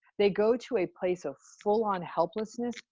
they go to a place of full on helplessness,